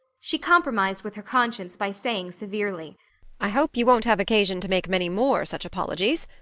she compromised with her conscience by saying severely i hope you won't have occasion to make many more such apologies.